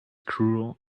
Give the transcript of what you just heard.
cruel